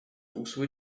also